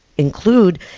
include